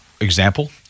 example